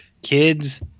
kids